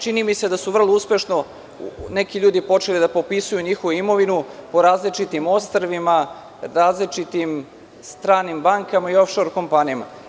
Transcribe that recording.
Čini mi se da su vrlo uspešno neki ljudi počeli da popisuju njihovu imovinu po različitim ostrvima, različitim stranim bankama i of šor kompanijama.